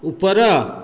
ଉପର